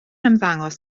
ymddangos